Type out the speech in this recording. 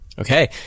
Okay